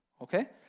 okay